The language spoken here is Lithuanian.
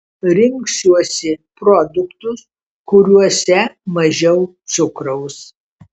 rinksiuosi produktus kuriuose mažiau cukraus